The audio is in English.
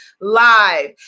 live